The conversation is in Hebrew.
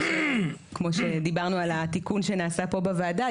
כמו שדיברנו על התיקון שנעשה פה בוועדה,